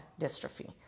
dystrophy